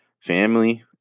family